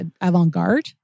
avant-garde